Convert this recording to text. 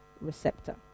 receptor